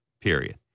Period